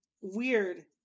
weird